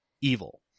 evil